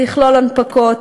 זה יכלול הנפקות,